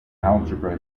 algebra